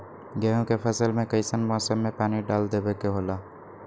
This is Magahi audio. गेहूं के फसल में कइसन मौसम में पानी डालें देबे के होला?